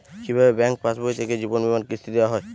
কি ভাবে ব্যাঙ্ক পাশবই থেকে জীবনবীমার কিস্তি দেওয়া হয়?